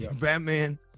Batman